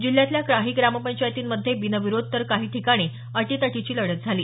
जिल्ह्यातल्या काही ग्रामपंचायतींमध्ये बिनविरोध तर काही ठिकाणी अटीतटीची लढत झाली